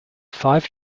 five